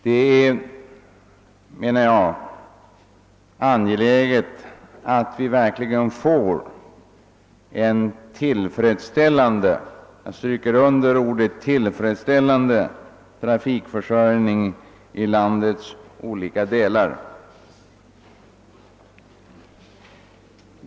Det är angeläget att vi verkligen får en tillfredsställande — jag understryker ordet tillfredsställande — trafikförsörjning i landets olika delar.